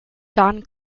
don